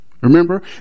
remember